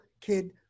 kid